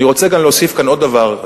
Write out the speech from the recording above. אני רוצה להוסיף כאן עוד דבר.